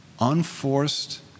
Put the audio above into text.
unforced